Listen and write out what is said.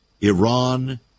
Iran